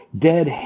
dead